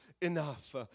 enough